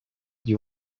you